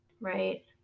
Right